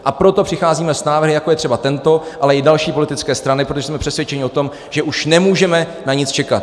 A proto přicházíme s návrhy, jako je třeba tento, ale i další politické strany, protože jsme přesvědčeni o tom, že už nemůžeme na nic čekat.